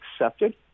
accepted